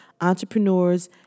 entrepreneurs